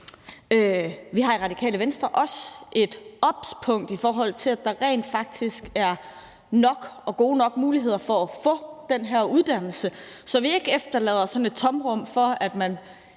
Vi har i Radikale Venstre også et obs-punkt, i forhold til om der rent faktisk er nok og gode nok muligheder for at få den her uddannelse, så vi ikke efterlader et tomrum med, at man